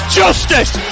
justice